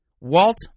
Walt